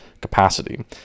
capacity